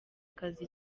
akazi